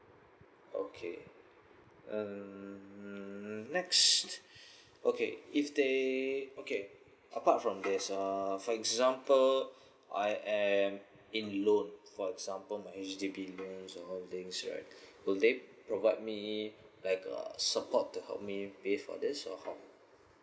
okay mm next okay if they okay apart from this uh for example I am in loan for example my H_D_B loan payments the house things and that right will they provide me like a support to help me pay for this or how